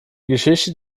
geschichte